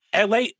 la